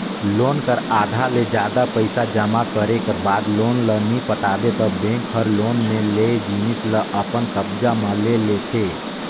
loan कर आधा ले जादा पइसा जमा करे कर बाद लोन ल नी पटाबे ता बेंक हर लोन में लेय जिनिस ल अपन कब्जा म ले लेथे